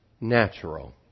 natural